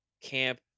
camp